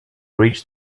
reached